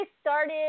started